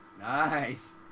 Nice